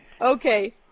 Okay